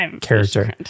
character